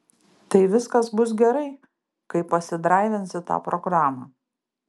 tai viskas bus gerai kai pasidraivinsi tą programą